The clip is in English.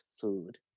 food